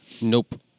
Nope